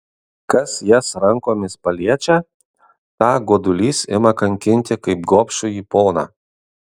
kas jas rankomis paliečia tą godulys ima kankinti kaip gobšųjį poną